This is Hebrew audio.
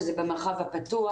שזה במרחב הפתוח,